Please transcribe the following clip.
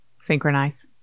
synchronize